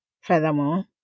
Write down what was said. Furthermore